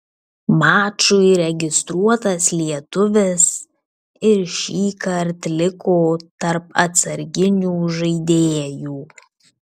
mačui registruotas lietuvis ir šįkart liko tarp atsarginių žaidėjų